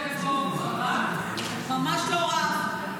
ממש לא רב.